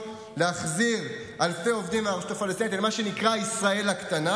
להחזיר אלפי עובדים מהרשות הפלסטינית אל מה שנקרא ישראל הקטנה.